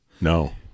No